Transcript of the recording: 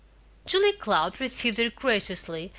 julia cloud received her graciously,